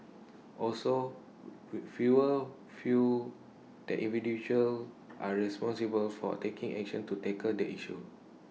also fewer feel that individuals are responsible for taking action to tackle the issue